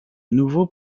nouveaux